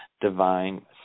divine